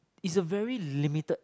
is a very limited